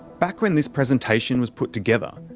back when this presentation was put together,